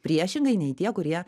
priešingai nei tie kurie